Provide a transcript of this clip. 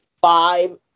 five